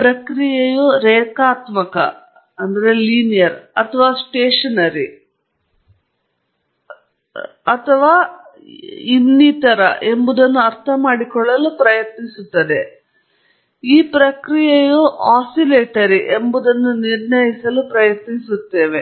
ಪ್ರಕ್ರಿಯೆಯು ರೇಖಾತ್ಮಕ ಅಥವಾ ಸ್ಟೇಷನರಿ ಮತ್ತು ಇನ್ನಿತರೆ ಎಂಬುದನ್ನು ಅರ್ಥಮಾಡಿಕೊಳ್ಳಲು ಪ್ರಯತ್ನಿಸುತ್ತದೆ ಈ ಪ್ರಕ್ರಿಯೆಯು ಆಸಿಲೇಟರಿ ಎಂಬುದನ್ನು ನಿರ್ಣಯಿಸಲು ಪ್ರಯತ್ನಿಸುತ್ತಿದೆ